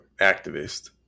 activist